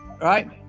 right